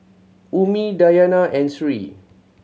Ummi Dayana and Sri